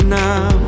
now